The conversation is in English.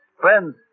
Friends